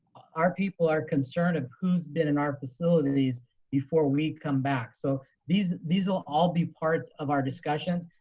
our people are concerned of who's been in our facilities before we come back. so these these will all be part of our discussions.